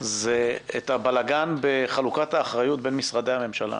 זה את הבלגן בחלוקת האחריות בין משרדי הממשלה.